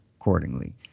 accordingly